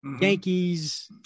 yankees